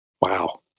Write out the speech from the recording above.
wow